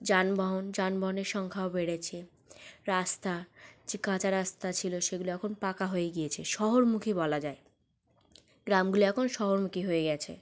যানবাহন যানবাহনের সংখ্যাও বেড়েছে রাস্তা যে কাঁচা রাস্তা ছিল সেগুলি এখন পাকা হয়ে গিয়েছে শহরমুখী বলা যায় গ্রামগুলি এখন শহরমুখী হয়ে গিয়েছে